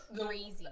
crazy